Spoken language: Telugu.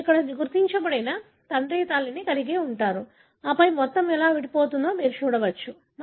మీరు ఇక్కడ గుర్తించబడ్డ తండ్రి తల్లిని కలిగి ఉంటారు ఆపై మొత్తం ఎలా విడిపోతుందో మీరు చూడవచ్చు